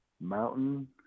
Mountain